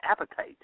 appetite